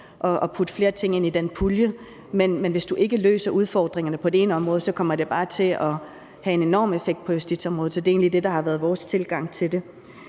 at putte flere ting ind i den pulje. Men hvis du ikke løser udfordringerne på det ene område, kommer det bare til at have en enorm effekt på justitsområdet. Så det er egentlig det, der har været vores tilgang til det.